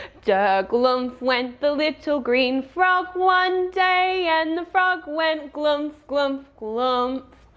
der glumph went the little green frog one day and the frog went glumph, glumph, glumph.